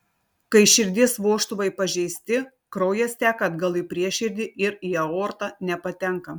kai širdies vožtuvai pažeisti kraujas teka atgal į prieširdį ir į aortą nepatenka